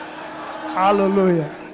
hallelujah